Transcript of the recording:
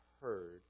heard